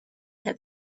had